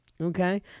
Okay